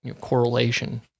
correlation